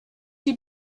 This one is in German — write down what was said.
die